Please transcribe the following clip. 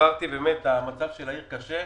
המצב של העיר קשה.